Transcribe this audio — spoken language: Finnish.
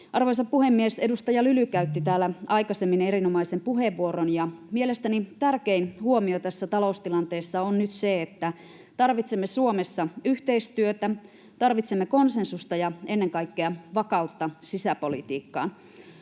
Arvoisa puhemies! Edustaja Lyly käytti täällä aikaisemmin erinomaisen puheenvuoron, ja mielestäni tärkein huomio tässä taloustilanteessa on nyt se, että tarvitsemme Suomessa yhteistyötä, tarvitsemme konsensusta ja ennen kaikkea vakautta sisäpolitiikkaan.